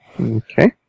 Okay